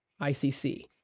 ICC